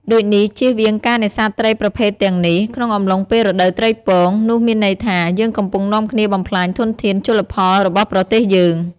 ដូចនេះជៀសវាងការនេសាទត្រីប្រភេទទាំងនេះ ក្នុងកំឡុងពេលរដូវត្រីពង នោះមានន័យថា យើងកំពុងនាំគ្នាបំផ្លាញធនធានជលផលរបស់ប្រទេសយើង។